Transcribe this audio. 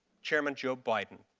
chairman joe biden.